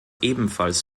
ebenfalls